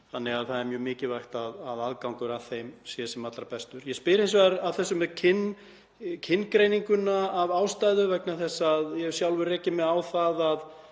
þannig að það er mjög mikilvægt að aðgangur að þeim sé sem allra bestur. Ég spyr hins vegar að þessu með kyngreininguna af ástæðu vegna þess að ég hef sjálfur rekið mig á það að